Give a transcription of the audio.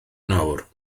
nawr